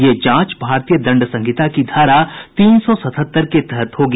यह जांच भारतीय दंड संहिता की धारा तीन सौ सतहत्तर के तहत होगी